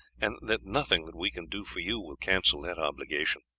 and that nothing that we can do for you will cancel that obligation.